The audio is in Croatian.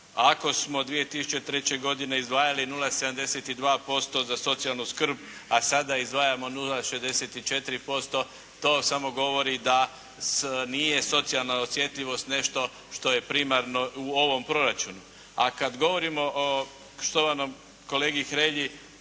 Ako smo 2003. godine izdvajali 0,72% za socijalnu skrb, a sada izdvajamo 0,64% to samo govori da nije socijalna osjetljivost nešto što je primarno u ovom proračunu. A kad govorimo o štovanom kolegi Hrelji,